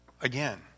Again